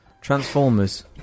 Transformers